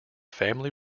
family